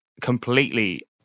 completely